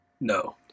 No